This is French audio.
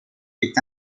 est